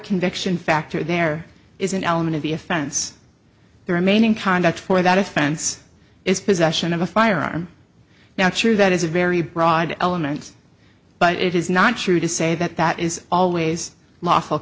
conviction factor there is an element of the offense the remaining conduct for that offense is possession of a firearm now true that is a very broad elements but it is not true to say that that is always lawful